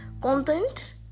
content